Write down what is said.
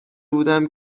بودم